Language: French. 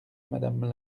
madame